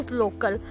local